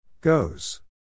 Goes